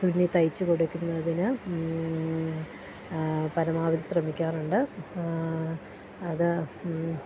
തുണി തയ്ച്ച് കൊടുക്കുന്നതിന് പരമാവധി ശ്രമിക്കാറുണ്ട് അത്